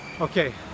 Okay